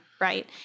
right